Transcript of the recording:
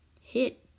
hit